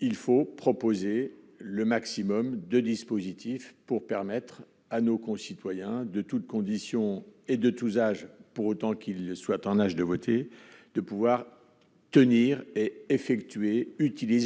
il faut proposer le maximum de dispositifs pour permettre à nos concitoyens de toutes conditions et de tous âges, pour autant qu'ils soient en âge de voter, d'exercer